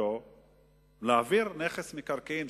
להעביר נכס מקרקעין,